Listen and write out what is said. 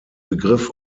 begriff